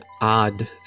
odd